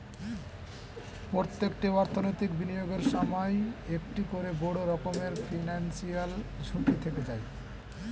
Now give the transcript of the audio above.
প্রত্যেকটি অর্থনৈতিক বিনিয়োগের সময়ই একটা করে বড় রকমের ফিনান্সিয়াল ঝুঁকি থেকে যায়